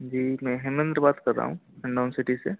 जी मैं हेमंत बात कर रहा हूँ हिंडोन सिटी से